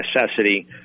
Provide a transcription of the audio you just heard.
necessity